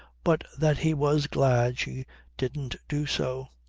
but that he was glad she didn't do so.